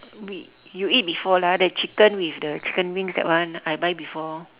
we you eat before lah the chicken with the chicken wings that one I buy before